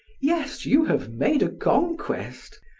yes, you have made a conquest.